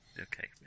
Okay